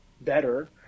better